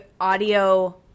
audio